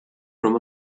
from